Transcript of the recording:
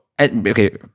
okay